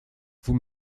vous